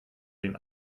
den